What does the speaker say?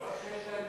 טוב שיש להם